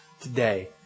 today